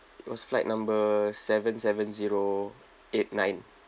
it was flight number seven seven zero eight nine